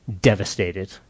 devastated